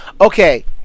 Okay